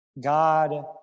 God